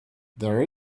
there